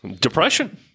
Depression